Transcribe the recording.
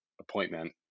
appointment